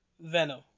Venom